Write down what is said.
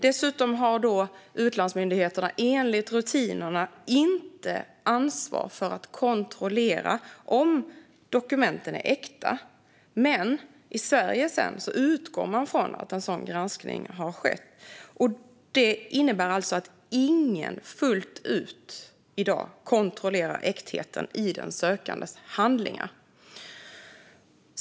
Dessutom har utlandsmyndigheterna enligt rutinerna inte ansvar för att kontrollera om dokumenten är äkta, men i Sverige utgår man från att en sådan granskning har skett. Detta innebär att ingen i dag fullt ut kontrollerar äktheten hos de sökandes handlingar.